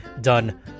done